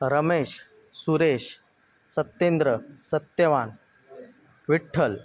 Ramesh Suresh Satyendra Satyavan Vitthal